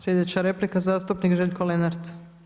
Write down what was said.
Sljedeća replika zastupnik Željko Lenart.